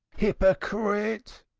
hypocrite!